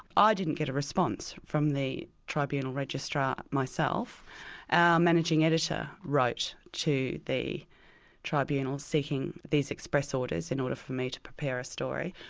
ah i didn't get a response from the tribunal registrar myself our managing editor wrote to the tribunal seeking these express orders in order for me to prepare a story.